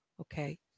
okay